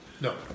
no